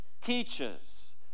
teaches